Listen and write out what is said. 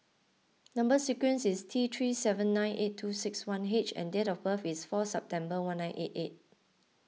Number Sequence is T three seven nine eight two six one H and date of birth is four September one nine eight eight